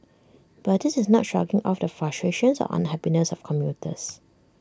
but this is not shrugging off the frustrations or unhappiness of commuters